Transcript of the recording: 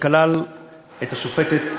שכלל את השופטת,